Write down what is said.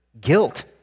guilt